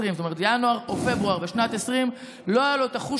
זאת אומרת בינואר או פברואר בשנת 2020 לא היה לו החוש